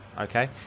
okay